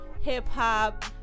hip-hop